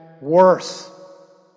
worse